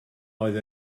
oedd